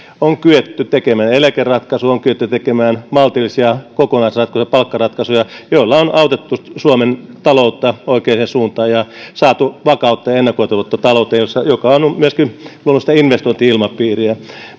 on kyetty tekemään eläkeratkaisu on kyetty tekemään maltillisia kokonaisratkaisuja palkkaratkaisuja joilla on autettu suomen taloutta oikeaan suuntaan ja saatu vakautta ja ennakoitavuutta talouteen mikä on myöskin luonut sitä investointi ilmapiiriä